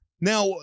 Now